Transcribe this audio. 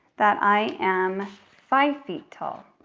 that i am five feet tall.